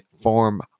form